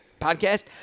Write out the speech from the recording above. podcast